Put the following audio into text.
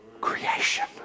creation